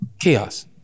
Chaos